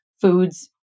foods